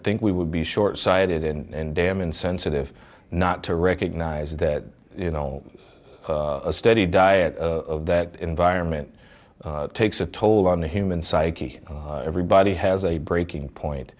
think we would be short sighted and damn insensitive not to recognize that you know a steady diet of that environment takes a toll on the human psyche everybody has a breaking point